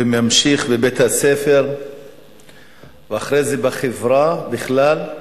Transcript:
וממשיך בבית-הספר ואחרי זה בחברה בכלל,